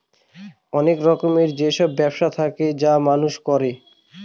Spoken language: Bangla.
অনেক রকমের যেসব ব্যবসা থাকে তা মানুষ করবে